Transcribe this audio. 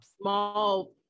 small